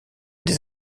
des